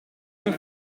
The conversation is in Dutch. hun